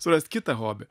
surast kitą hobį